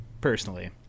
personally